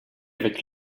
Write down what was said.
avec